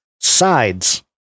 sides